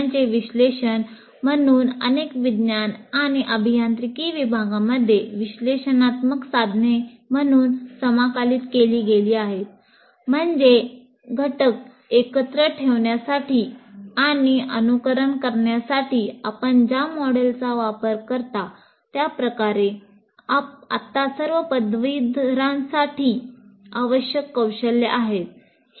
modelling आणि simulation कौशल्यांचे विश्लेषण म्हणून अनेक विज्ञान आणि अभियांत्रिकी विभागांमध्ये विश्लेषणात्मक साधने म्हणून समाकलित केली गेली आहेत म्हणजे घटक एकत्र ठेवण्यासाठी आणि अनुकरण करण्यासाठी आपण ज्या मॉडेलचा वापर करता त्या प्रकारे आता सर्व पदवीधरांसाठी आवश्यक कौशल्य आहे